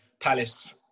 Palace